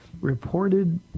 reported